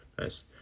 Nice